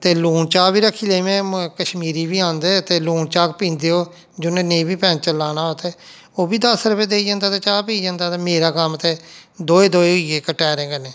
ते लून चाह् बी रखी लेई में कश्मीरी बी औंदे ते लून चाह् पींदे ओह् जु'न्नै नेईं बी पैंचर लाना उत्थै ओह् बी दस रपे देई जंदा ते चाह् पी जंदा ते मेरा कम्म ते दोए दोए होई गे इक टैयरे कन्नै